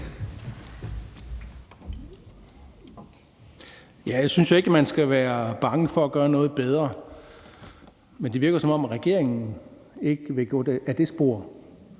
Jeg synes jo ikke, at man skal være bange for at gøre noget bedre, men det virker, som om regeringen ikke vil gå ad det spor.